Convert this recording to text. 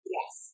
Yes